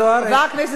חברת הכנסת זוארץ,